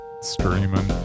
Streaming